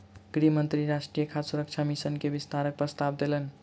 गृह मंत्री राष्ट्रीय खाद्य सुरक्षा मिशन के विस्तारक प्रस्ताव देलैन